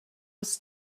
was